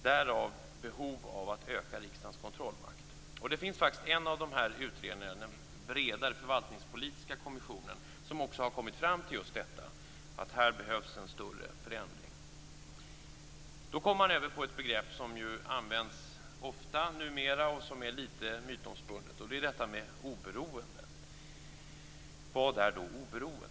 Därav behovet av att öka riksdagens kontrollmakt. En av de här utredningarna, den bredare förvaltningspolitiska kommissionen, har också kommit fram till just detta; att det behövs en större förändring. Då kommer man över på ett begrepp som ju används ofta numera, och som är litet mytomspunnet. Det är det här med oberoende. Vad är då oberoende?